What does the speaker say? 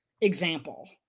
example